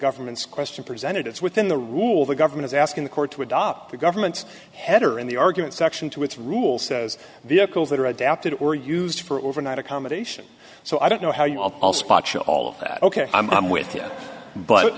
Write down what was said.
government's question presented it's within the rule the government is asking the court to adopt the government's head or in the argument section to its rule says vehicles that are adapted or used for overnight accommodation so i don't know how you all all of that ok i'm with you but